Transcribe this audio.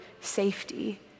safety